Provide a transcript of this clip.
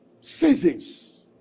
Seasons